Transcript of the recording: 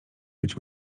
być